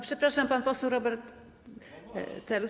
Przepraszam, pan poseł Robert Telus.